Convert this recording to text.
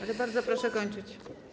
Ale bardzo proszę kończyć.